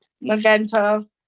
Magenta